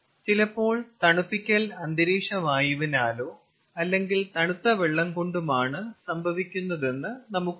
ചിലപ്പോൾ തണുപ്പിക്കൽ അന്തരീക്ഷ വായുവിനാലോ അല്ലെങ്കിൽ തണുത്ത വെള്ളം കൊണ്ടുമാണ് സംഭവിക്കുന്നതെന്ന് നമുക്ക് പറയാം